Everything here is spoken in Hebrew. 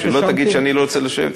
שלא תגיד שאני לא רוצה לשבת אתך.